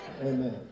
Amen